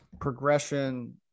progression